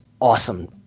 awesome